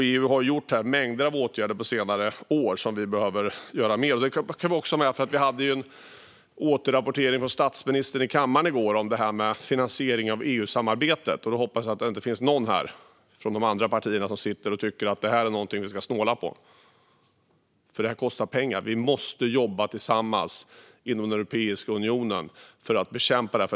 EU har vidtagit mängder av åtgärder under senare år. Det behöver göras mer. Statsministern återrapporterade i kammaren i går om finansieringen av EU-samarbetet. Jag hoppas att inte någon från de andra partierna i den här kammaren sitter och tycker att det är något som man ska snåla på. Det kostar pengar. Vi måste jobba tillsammans inom Europeiska unionen för att bekämpa terrorism.